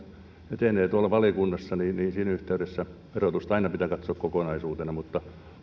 etenee tuolla valiokunnassa siinä yhteydessä verotusta aina pitää katsoa kokonaisuutena mutta